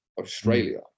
Australia